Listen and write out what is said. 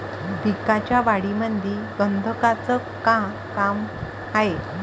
पिकाच्या वाढीमंदी गंधकाचं का काम हाये?